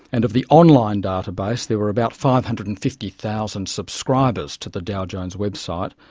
and of the online database there were about five hundred and fifty thousand subscribers to the dow jones website,